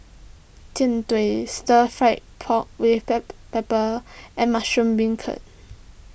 Jian Dui Stir Fried Pork with Black Pepper and Mushroom Beancurd